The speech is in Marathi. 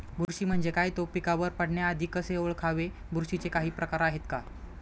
बुरशी म्हणजे काय? तो पिकावर पडण्याआधी कसे ओळखावे? बुरशीचे काही प्रकार आहेत का?